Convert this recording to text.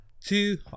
Two